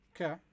Okay